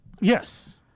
Yes